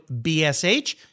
BSH